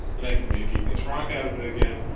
and i can make igneous rock out of it again,